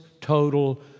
total